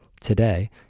today